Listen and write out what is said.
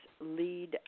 lead